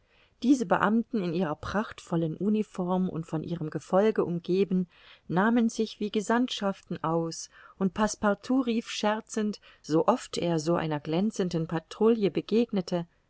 diese beamten in ihrer prachtvollen uniform und von ihrem gefolge umgeben nahmen sich wie gesandtschaften aus und passepartout rief scherzend so oft er so einer glänzenden patrouille begegnete